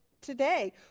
today